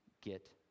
get